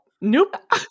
nope